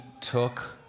took